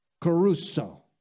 caruso